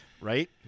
Right